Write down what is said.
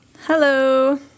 Hello